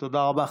תודה רבה.